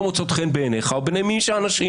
מוצאות חן בעיניך או בעיני מי האנשים.